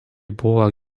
būdavo